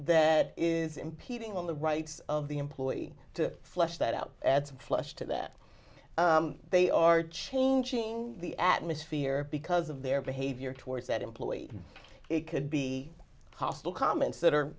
that is impeding on the rights of the employee to flesh that out flesh to that they are changing the atmosphere because of their behavior towards that employee it could be possible comments that are